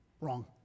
wrong